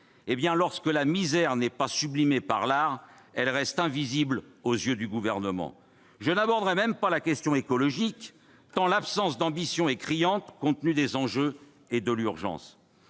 Lorsque la misère n'est pas sublimée par l'art, elle reste invisible aux yeux du Gouvernement. Que c'est beau ! Je n'aborderai même pas la question écologique, tant l'absence d'ambition est criante au vu des enjeux et de l'urgence.